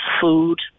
food